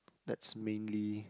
that's mainly